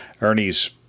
Ernie's